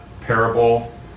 parable